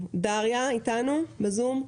בזום.